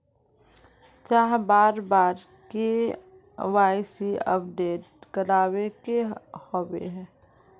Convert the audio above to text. चाँह बार बार के.वाई.सी अपडेट करावे के होबे है?